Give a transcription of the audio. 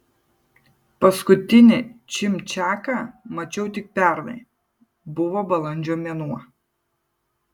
paskutinį čimčiaką mačiau tik pernai buvo balandžio mėnuo